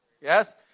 Yes